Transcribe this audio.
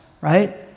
right